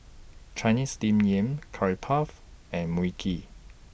Chinese Steamed Yam Curry Puff and Mui Kee